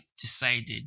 decided